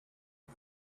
ago